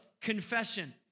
confession